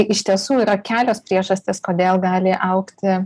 iš tiesų yra kelios priežastys kodėl gali augti